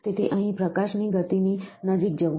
તેથી અહીં પ્રકાશની ગતિની નજીક જવું